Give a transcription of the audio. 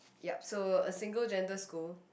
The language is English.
yup so a single gender school